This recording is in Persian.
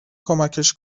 کمکش